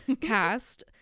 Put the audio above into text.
cast